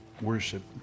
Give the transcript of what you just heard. worship